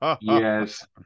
Yes